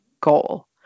goal